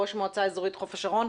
ראש מועצה אזורית חוף השרון,